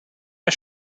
der